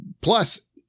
plus